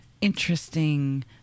interesting